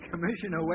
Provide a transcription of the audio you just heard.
Commissioner